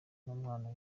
n’umwana